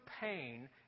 pain